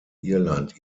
irland